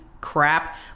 crap